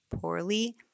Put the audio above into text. poorly